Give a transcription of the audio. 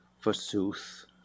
forsooth